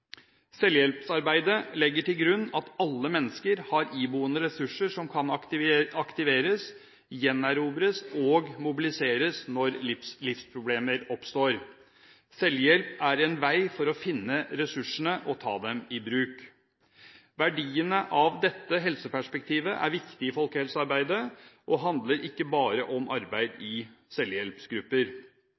Selvhjelpsarbeidet legger til grunn at alle mennesker har iboende ressurser som kan aktiveres, gjenerobres og mobiliseres når livsproblemer oppstår. Selvhjelp er en vei for å finne ressursene og ta dem i bruk. Verdiene av dette helseperspektivet er viktig i folkehelsearbeidet og handler ikke bare om arbeid i selvhjelpsgrupper.